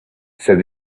said